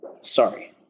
Sorry